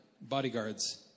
bodyguards